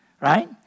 right